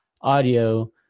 audio